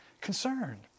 concerned